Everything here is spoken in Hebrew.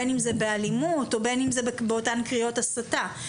בין אם זה באלימות ובין אם זה באותן קריאות הסתה.